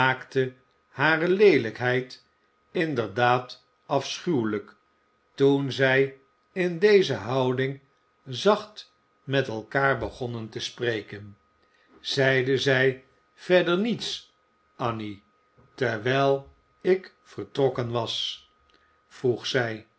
maakte hare leelijkheid inderdaad afschuwelijk toen zij in deze houding zacht met elkander begonnen te spreken zeide zij verder niets anny terwijl ik vertrokken was vroeg zij